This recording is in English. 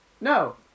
No